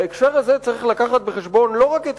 בהקשר הזה צריך לקחת בחשבון לא רק את